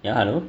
ya hello